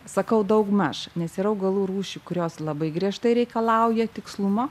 sakau daugmaž nes yra augalų rūšių kurios labai griežtai reikalauja tikslumo